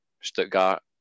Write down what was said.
Stuttgart